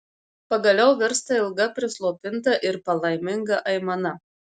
pagaliau virsta ilga prislopinta ir palaiminga aimana